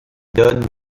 donnent